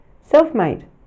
self-made